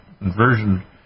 inversion